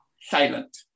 silent